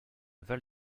val